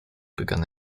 begann